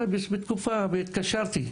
התקשרתי,